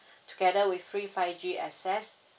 together with free five G access